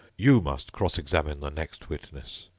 you must cross-examine the next witness.